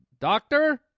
doctor